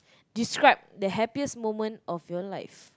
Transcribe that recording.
describe the happiest moment of your life